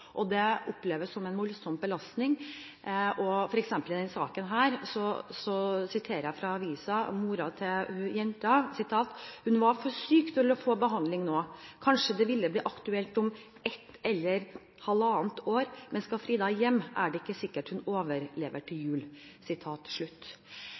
Det oppleves som en voldsom belastning. For eksempel sa moren til jenta i denne saken – og jeg siterer fra avisen: «Hun var for syk til å få behandling nå, kanskje det ville bli aktuelt om et eller halvannet år. Men skal Frida hjem, er det ikke sikkert hun overlever til